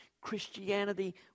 Christianity